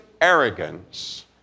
arrogance